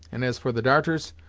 and, as for the darters,